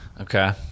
okay